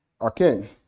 Okay